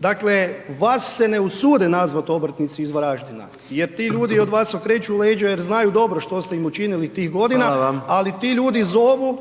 Dakle, vas se ne usudite nazvat obrtnici iz Varaždina jer ti ljudi od vas okreću leđa jer znaju dobro što ste im učinili tih godina ali ti ljudi zovu